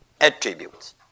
attributes